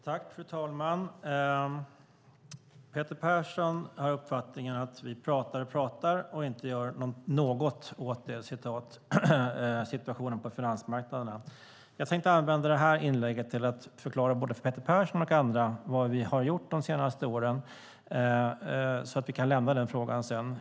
Fru talman! Peter Persson har uppfattningen att vi pratar och pratar och inte gör något åt situationen på finansmarknaderna. Jag tänkte använda det här inlägget till att förklara för både Peter Persson och andra vad vi gjort de senaste åren så att vi sedan kan lämna frågan.